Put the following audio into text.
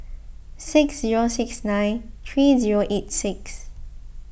six zero six nine three zero eight six